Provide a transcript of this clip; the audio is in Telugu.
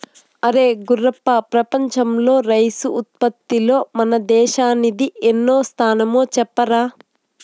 అరే గుర్రప్ప ప్రపంచంలో రైసు ఉత్పత్తిలో మన దేశానిది ఎన్నో స్థానమో చెప్పరా